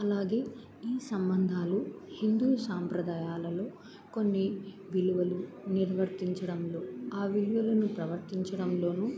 అలాగే ఈ సంబంధాలు హిందూ సాంప్రదాయాలలో కొన్ని విలువలు నిర్వర్తించడంలో ఆ విలువలను ప్రవర్తించడంలోనూ